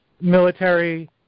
military